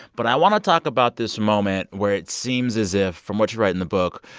but i want to talk about this moment where it seems as if, from what you write in the book,